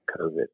COVID